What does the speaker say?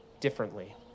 differently